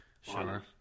Sure